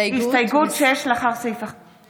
ההסתייגות (6) של קבוצת סיעת יהדות התורה,